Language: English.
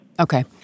Okay